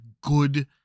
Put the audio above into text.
good